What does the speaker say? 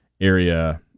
area